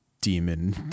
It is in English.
demon